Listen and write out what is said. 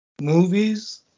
movies